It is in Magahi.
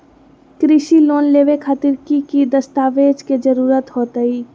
कृषि लोन लेबे खातिर की की दस्तावेज के जरूरत होतई?